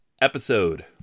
episode